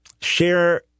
share